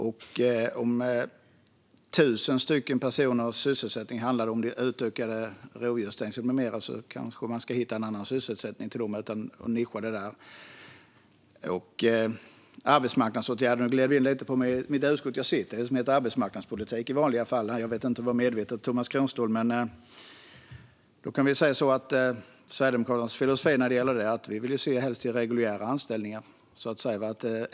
Om 1 000 personers sysselsättning hänger på utökade rovdjursstängsel med mera kanske man ska hitta annan sysselsättning till dem och inte nischa det på det sättet. Arbetsmarknadsåtgärderna gled Tomas Kronståhl in lite på. Jag sitter faktiskt i arbetsmarknadsutskottet och arbetar i vanliga fall med arbetsmarknadspolitik - jag vet inte om det var medvetet som Tomas Kronståhl frågade just mig om detta. Sverigedemokraternas filosofi är att vi helst vill se reguljära anställningar.